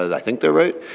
i think they're right.